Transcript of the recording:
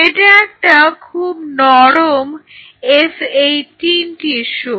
এটা একটা খুব নরম F18 টিস্যু